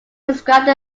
describe